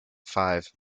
five